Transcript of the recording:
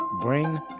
bring